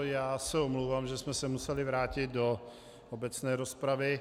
Já se omlouvám, že jsme se museli vrátit do obecné rozpravy.